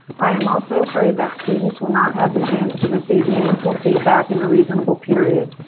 i am also afraid that students will not have the chance to receive meaningful feedback in a reasonable period.